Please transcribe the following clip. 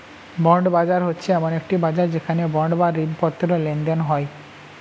bond বাজার হচ্ছে এমন একটি বাজার যেখানে বন্ড বা ঋণপত্র লেনদেন হয়